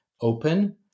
open